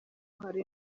hari